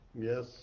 Yes